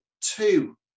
two